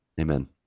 Amen